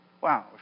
Wow